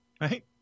Right